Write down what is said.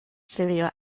studio